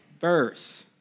verse